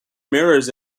mirrors